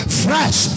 fresh